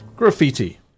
Graffiti